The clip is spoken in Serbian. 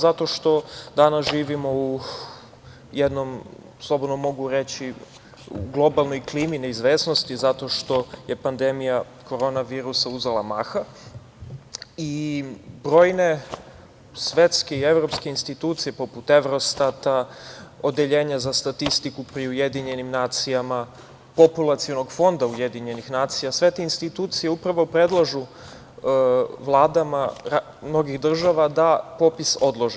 Zato što danas živimo u jednom, slobodno mogu reći, u globalnoj klimi neizvesnosti zato što je pandemija korona virusa uzela maha i brojne svetske i evropske institucije, poput Evrostata, Odeljenja za statistiku pri UN, Populacionog fonda UN, sve te institucije upravo predlažu vladama mnogih država da popis odlože.